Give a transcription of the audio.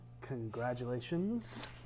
congratulations